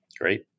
Great